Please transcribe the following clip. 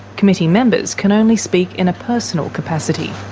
committee members can only speak in a personal capacity.